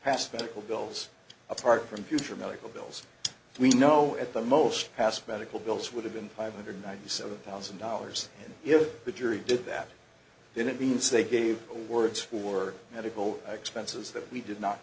past medical bills apart from future medical bills we know at the most past medical bills would have been five hundred ninety seven thousand dollars if the jury did that then it means they gave the words for medical expenses that we did not